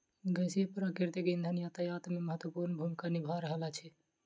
गैसीय प्राकृतिक इंधन यातायात मे महत्वपूर्ण भूमिका निभा रहल अछि